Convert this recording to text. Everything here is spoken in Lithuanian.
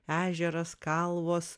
ežeras kalvos